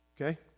okay